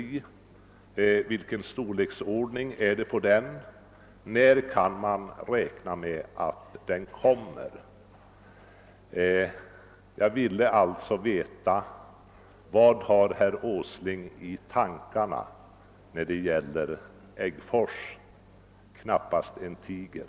Av vilken storleksordning är den? När kan man räkna med att den kommer? Jag ville alltså veta vad herr Åsling har i tankarna när det gäller Äggfors — knappast en tiger!